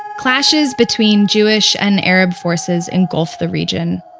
clashes between jewish and arab forces engulfed the region.